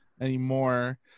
anymore